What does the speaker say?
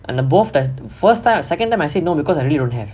and the both the first time second time I said no because I really don't have